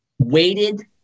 weighted